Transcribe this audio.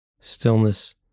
stillness